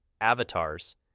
avatars